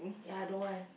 ya don't want